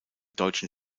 deutschen